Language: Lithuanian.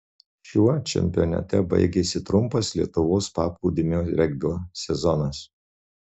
šiuo čempionate baigėsi trumpas lietuvos paplūdimio regbio sezonas